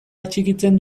atxikitzen